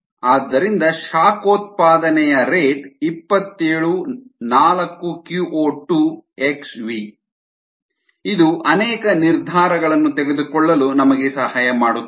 ಆದ್ದರಿಂದ ಶಾಖೋತ್ಪಾದನೆಯ ರೇಟ್ 27 ಇದು ಅನೇಕ ನಿರ್ಧಾರಗಳನ್ನು ತೆಗೆದುಕೊಳ್ಳಲು ನಮಗೆ ಸಹಾಯ ಮಾಡುತ್ತದೆ